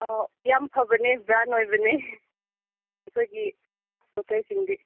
ꯑꯥ ꯌꯥꯝ ꯐꯕꯅꯦ ꯕ꯭ꯔꯥꯟ ꯑꯣꯏꯕꯅꯦ ꯑꯩꯈꯣꯏꯒꯤ ꯄꯣꯠ ꯆꯩꯁꯤꯡꯗꯤ